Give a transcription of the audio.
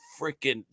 freaking